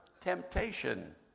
temptation